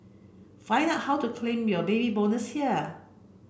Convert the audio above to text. find out how to claim your Baby Bonus here